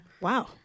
Wow